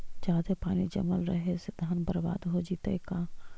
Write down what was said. जादे पानी जमल रहे से धान बर्बाद हो जितै का?